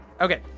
Okay